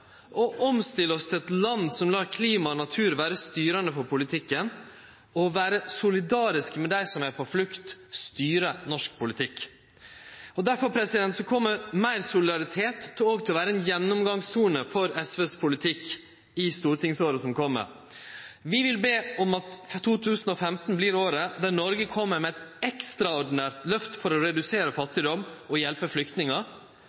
forskjellar, omstille oss til eit land som lar klimaet og natur vere styrande for politikken, og å vere solidariske med dei som er på flukt, styre norsk politikk. Derfor kjem meir solidaritet òg til å vere ein gjennomgangstone for SVs politikk i stortingsåret som kjem. Vi vil be om at 2015 vert det året då Noreg kjem med eit ekstraordinært løft for å redusere fattigdom og hjelpe flyktningar.